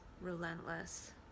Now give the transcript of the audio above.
relentless